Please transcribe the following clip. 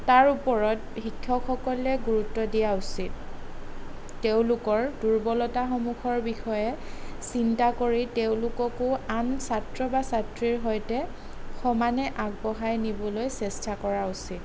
তাৰ ওপৰত শিক্ষকসকলে গুৰুত্ব দিয়া উচিত তেওঁলোকৰ দুৰ্বলতাসমূহৰ বিষয়ে চিন্তা কৰি তেওঁলোককো আন ছাত্ৰ বা ছাত্ৰীৰ সৈতে সমানে আগবঢ়াই নিবলৈ চেষ্টা কৰা উচিত